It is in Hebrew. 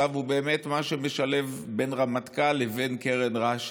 הוא באמת מה שמשלב בין הרמטכ"ל לבין קרן רש"י,